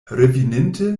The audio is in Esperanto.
reveninte